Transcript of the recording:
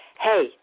hey